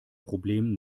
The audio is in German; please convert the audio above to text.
problem